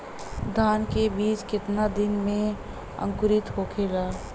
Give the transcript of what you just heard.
धान के बिज कितना दिन में अंकुरित होखेला?